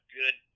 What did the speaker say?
good